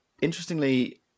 Interestingly